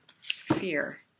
fear